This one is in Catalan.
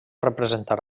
representar